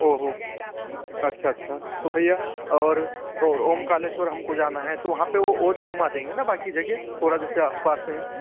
ओ हो अच्छा अच्छा तो भइया और ओमकालेश्वर हमको जाना है तो वहाँ पे और भी घुमा देंगे ना बाकी जगह थोड़ा जैसे आस पास है